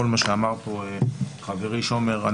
כל מה שאמר חברי שומר.